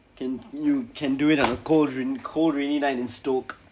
can you can do it on a cold rain cold rainy night in stoke